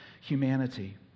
humanity